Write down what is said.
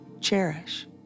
cherish